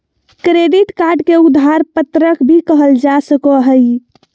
credit card के उधार पत्रक भी कहल जा सको हइ